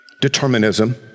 Determinism